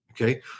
Okay